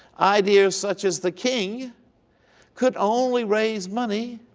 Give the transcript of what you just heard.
ideas such as the king could only raise money